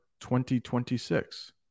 2026